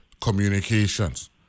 communications